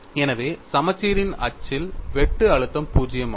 எனவே சமச்சீரின் அச்சில் வெட்டு அழுத்தம் 0 ஆகும்